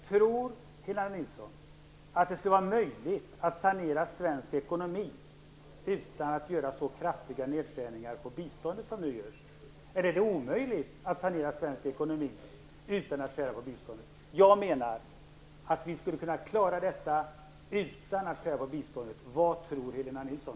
Tror Helena Nilsson att det skulle vara möjligt att sanera svensk ekonomi utan att göra så kraftiga nedskärningar på biståndet som nu görs, eller är det omöjligt att sanera svensk ekonomi utan att skära ned biståndet? Jag menar att vi skulle kunna klara detta utan att skära i biståndet. Vad tror Helena Nilsson?